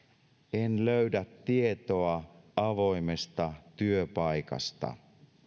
en löydä tietoa avoimesta työpaikasta